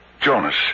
Jonas